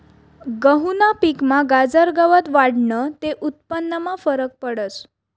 गहूना पिकमा गाजर गवत वाढनं ते उत्पन्नमा फरक पडस